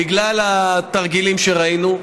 בגלל התרגילים שראינו,